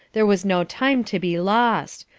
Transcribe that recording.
there was no time to be lost.